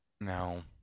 No